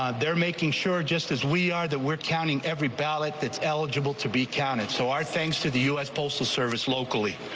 ah they're making sure just as we are that we're counting every ballot that's eligible to be counted. so our thanks to the u s. postal service locally.